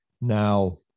now